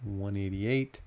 188